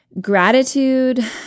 gratitude